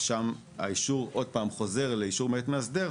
שם האישור חוזר עוד פעם לאישור מאת מאסדר.